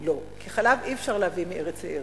לא, כי חלב אי-אפשר להביא מארץ לארץ.